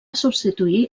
substituir